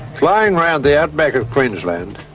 flying round the outback of queensland,